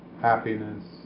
happiness